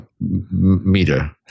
meter